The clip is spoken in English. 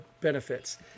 benefits